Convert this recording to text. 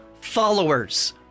followers